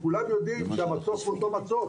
שכולם יודעים שהמצוק הוא אותו מצוק.